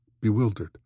bewildered